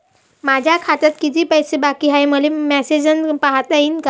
माया खात्यात कितीक पैसे बाकी हाय, हे मले मॅसेजन पायता येईन का?